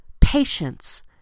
patience